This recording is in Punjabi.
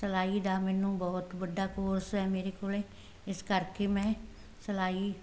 ਸਿਲਾਈ ਦਾ ਮੈਨੂੰ ਬਹੁਤ ਵੱਡਾ ਕੋਰਸ ਹੈ ਮੇਰੇ ਕੋਲ ਇਸ ਕਰਕੇ ਮੈਂ ਸਿਲਾਈ